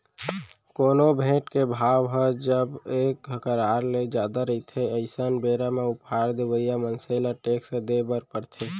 कोनो भेंट के भाव ह जब एक करार ले जादा रहिथे अइसन बेरा म उपहार देवइया मनसे ल टेक्स देय बर परथे